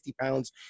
pounds